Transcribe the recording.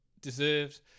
deserved